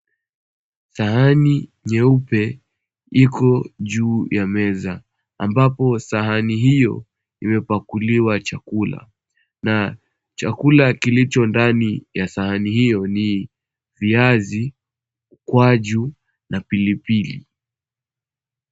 Sahani nyeupe iko juu ya meza ambapo sahani hio imepakuliwa chakula na chakula kilicho ndani ya sahani hio ni viazi, ukwaju na pilipili.